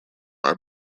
are